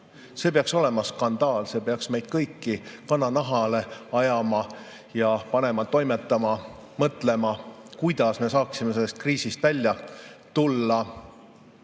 See peaks olema skandaal, see peaks meil kõigil [ihu] kananahale ajama ja panema toimetama, mõtlema, kuidas me saaksime sellest kriisist välja tulla.